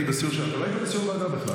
אני הייתי בסיור, אתה לא היית בסיור ועדה בכלל.